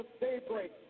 daybreak